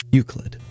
Euclid